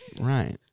right